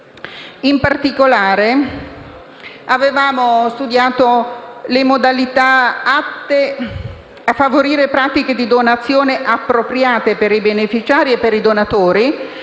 In particolare avevamo studiato le modalità atte a favorire pratiche di donazioni appropriate per i beneficiari e i donatori